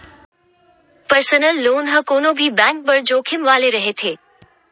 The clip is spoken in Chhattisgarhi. परसनल लोन ह कोनो भी बेंक बर जोखिम वाले रहिथे